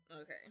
Okay